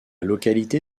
localité